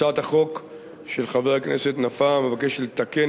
הצעת החוק של חבר הכנסת נפאע מבקשת לתקן